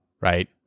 right